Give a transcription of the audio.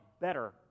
better